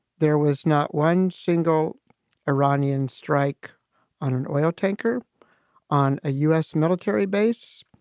there was not one single iranian strike on an oil tanker on a u s. military base,